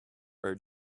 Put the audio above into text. her